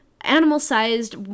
animal-sized